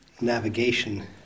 navigation